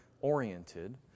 oriented